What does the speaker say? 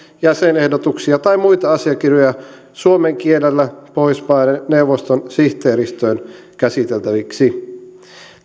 jäsenehdotuksia tai muita asiakirjoja suomen kielellä pohjoismaiden neuvoston sihteeristöön käsiteltäviksi